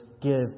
give